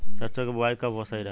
सरसों क बुवाई कब सही रहेला?